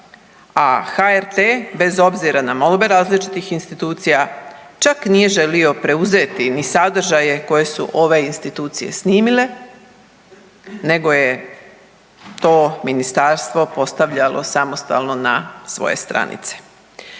a HRT bez obzira na molbe različitih institucija čak nije želio preuzeti ni sadržaje koje su ove institucije snimile nego je to ministarstvo postavljalo samostalno na svoje stranice.